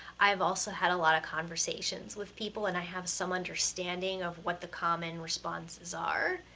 i've also had a lot of conversations with people and i have some understanding of what the common responses are.